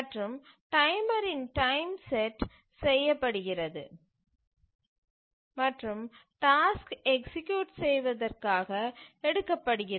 மற்றும் டைமரின் time set செய்யப்படுகிறது மற்றும் டாஸ்க் எக்சீக்யூட் செய்வதற்காக எடுக்கப்படுகிறது